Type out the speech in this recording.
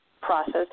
process